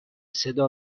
صدا